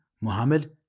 Muhammad